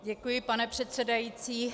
Děkuji, pane předsedající.